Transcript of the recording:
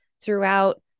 throughout